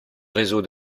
réseau